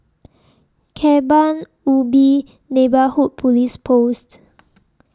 Kebun Ubi Neighbourhood Police Post